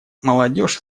молодежь